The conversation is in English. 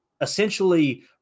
essentially